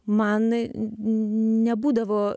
man nebūdavo